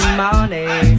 money